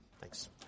Thanks